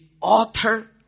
author